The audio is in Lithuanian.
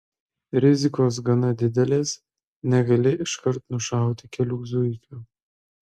rizikos gana didelės negali iškart nušauti kelių zuikių